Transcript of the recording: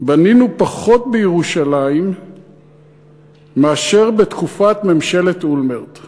בנינו בירושלים פחות מאשר בתקופת ממשלת אולמרט";